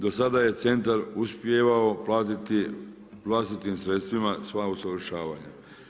Do sada je centar uspijevao platiti vlastitim sredstvima sva usavršavanja.